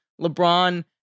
LeBron